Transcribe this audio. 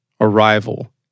arrival